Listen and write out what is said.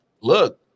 look